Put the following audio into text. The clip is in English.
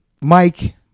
Mike